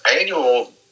annual